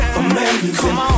amazing